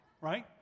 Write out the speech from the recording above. right